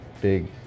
big